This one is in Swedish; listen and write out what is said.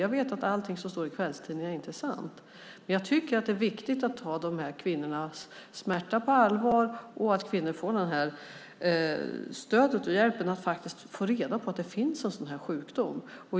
Jag vet att allting som står i kvällstidningar inte är sant, men jag tycker att det är viktigt att ta de här kvinnornas smärta på allvar och att kvinnor får stöd och hjälp så att de faktiskt få reda på att det finns en sådan här sjukdom.